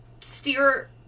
steer